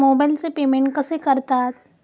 मोबाइलचे पेमेंट कसे करतात?